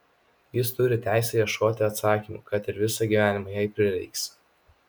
jis turi teisę ieškoti atsakymų kad ir visą gyvenimą jei prireiks